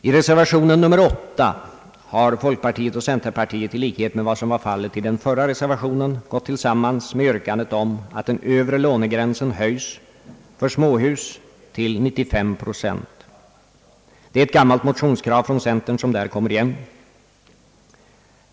I reservationen nr 8 a har folkpartiet och centerpartiet i likhet med vad som var fallet i den förra reservationen gått tillsammans med yrkande om att den övre lånegränsen höjs för småhus till 95 procent. Det är ett gammalt motionskrav från centern som där kommer igen.